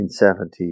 1970s